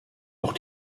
auch